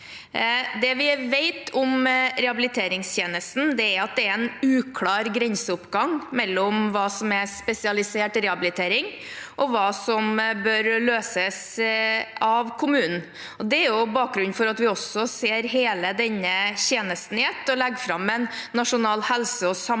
Det vi vet om rehabiliteringstjenesten, er at det er en uklar grenseoppgang mellom hva som er spesialisert rehabilitering, og hva som bør løses av kommunen. Det er også bakgrunnen for at vi ser hele denne tjenesten under ett og legger fram en nasjonal helse- og